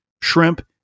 shrimp